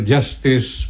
Justice